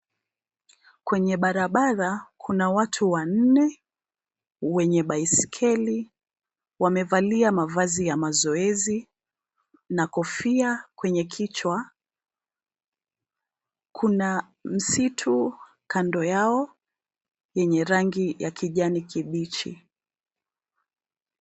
Kwenye barabara, kuna watu wanne wenye baiskeli. Wamevalia mavazi ya mazoezi na kofia kwenye kichwa . Kuna msitu kando yao yenye rangi ya kijani kibichi.